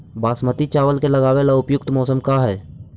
बासमती चावल के लगावे ला उपयुक्त मौसम का है?